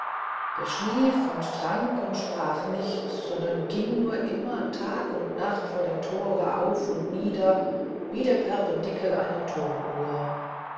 der schlief und trank und sprach nicht sondern ging nur immer tag und nacht vor dem tore auf und nieder wie der perpendikel einer turmuhr